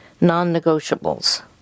non-negotiables